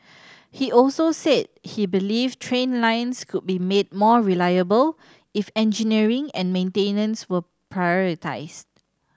he also said he believed train lines could be made more reliable if engineering and maintenance were prioritised